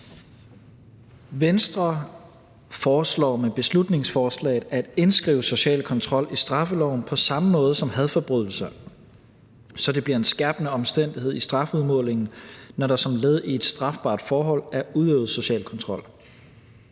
Med dette beslutningsforslag foreslår Venstre, at social kontrol skrives ind i straffeloven på samme måde som hadforbrydelse, så det bliver en skærpende omstændighed i strafudmålingen, når der som led i et strafbart forhold er udøvet social kontrol.